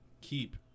keep